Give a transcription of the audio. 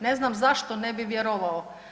Ne znam zašto ne bi vjerovao.